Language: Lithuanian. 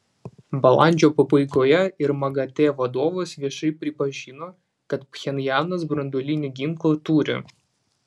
balandžio pabaigoje ir magate vadovas viešai pripažino kad pchenjanas branduolinį ginklą turi